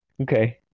Okay